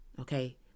okay